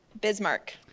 Bismarck